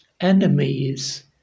enemies